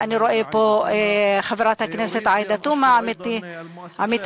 אני רואה פה את חברת הכנסת עאידה תומא, עמיתתי.